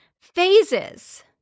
phases